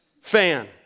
fan